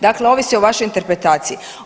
Dakle ovisi o vašoj interpretaciji.